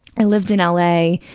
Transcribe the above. i lived in l. a.